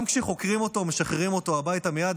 גם כשחוקרים אותו, משחררים אותו הביתה מייד.